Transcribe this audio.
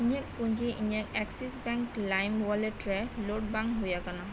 ᱤᱧᱟᱹᱜ ᱯᱩᱸᱡᱤ ᱤᱧᱟᱹᱜ ᱮᱠᱥᱤᱥ ᱵᱮᱝᱠ ᱞᱟᱭᱤᱢ ᱚᱣᱟᱞᱮᱴ ᱨᱮ ᱞᱳᱰ ᱵᱟᱝ ᱦᱳᱭ ᱟᱠᱟᱱᱟ